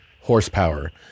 horsepower